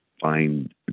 find